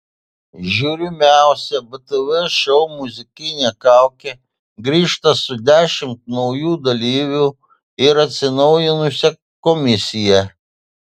žiūrimiausias btv šou muzikinė kaukė grįžta su dešimt naujų dalyvių ir atsinaujinusia komisija